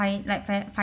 fin~ like